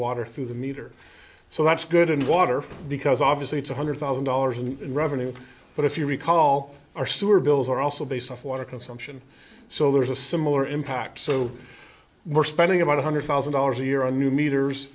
water through the meter so that's good in water because obviously it's one hundred thousand dollars in revenue but if you recall our sewer bills are also based off water consumption so there's a similar impact so we're spending about one hundred thousand dollars a year on new meters